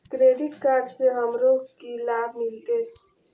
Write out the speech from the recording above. Credit card से हमरो की लाभ मिलते?